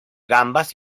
gambas